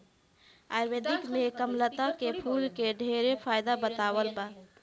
आयुर्वेद में कामलता के फूल के ढेरे फायदा बतावल बा